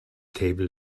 table